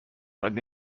عادی